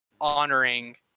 honoring